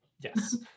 Yes